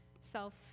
Self